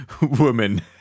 woman